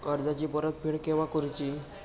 कर्जाची परत फेड केव्हा करुची?